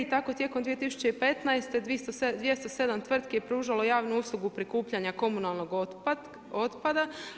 I tako tijekom 2015. 207. tvrtki je pružalo javnu uslugu prikupljanja komunalnog otpada.